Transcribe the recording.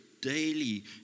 daily